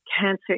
Cancer